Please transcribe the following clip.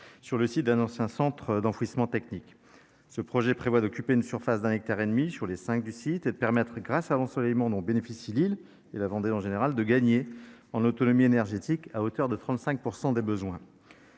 sur le site d'un ancien centre d'enfouissement technique. Ce projet est censé occuper une surface de 1,5 hectare sur les 5 hectares du site et permettre, grâce à l'ensoleillement dont bénéficie l'île, et la Vendée en général, de gagner en autonomie énergétique, pour arriver à 35 % des besoins.